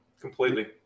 completely